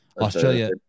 Australia